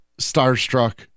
starstruck